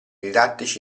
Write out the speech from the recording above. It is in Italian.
didattici